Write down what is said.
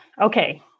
Okay